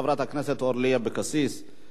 הזכות להתאגד היא זכות יסוד